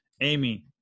Amy